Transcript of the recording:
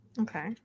Okay